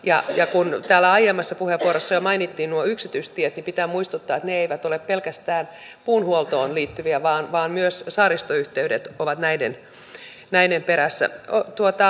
ja jatkuu täällä aiemmassa puheenvuorossa mainittiin nuo summa on pieni ottaen huomioon sen että tämän päivän suuri ongelma suomen valtiolle on puolustusmateriaalihankintojen valtava vuosittainen hinnannousu